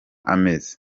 ameze